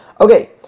Okay